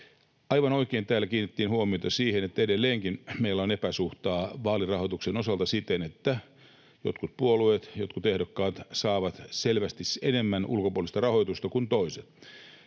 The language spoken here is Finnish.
Aivan oikein täällä kiinnitettiin huomiota siihen, että edelleenkin meillä on epäsuhtaa vaalirahoituksen osalta siten, että jotkut puolueet, jotkut ehdokkaat saavat selvästi enemmän ulkopuolista rahoitusta kuin toiset.